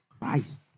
Christ